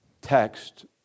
text